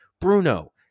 Bruno